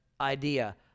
idea